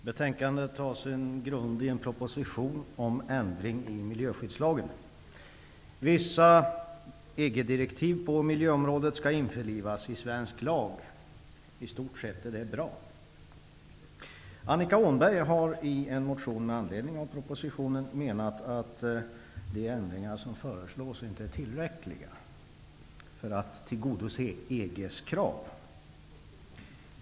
Herr talman! Betänkandet har sin grund i propositionen om ändring i miljöskyddslagen. Vissa EG-direktiv på miljöområdet skall införlivas i svensk lag. I stort sett är det bra. Annika Åhnberg har i en motion med anledning av propositionen framhållit att de ändringar som föreslås inte är tillräckliga för att tillgodose EG:s krav.